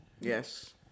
Yes